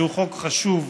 שהוא חוק חשוב,